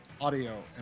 audio